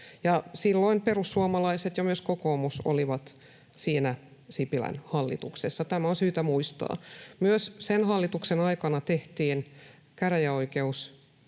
ja perussuomalaiset ja myös kokoomus olivat siinä Sipilän hallituksessa. Tämä on syytä muistaa. Sen hallituksen aikana tehtiin käräjäoikeusverkkouudistus,